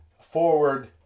forward